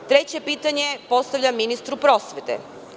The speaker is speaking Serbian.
Treće pitanje postavljam ministru prosvete.